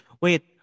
Wait